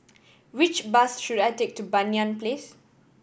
which bus should I take to Banyan Place